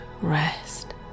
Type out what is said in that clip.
rest